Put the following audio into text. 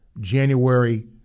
January